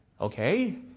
Okay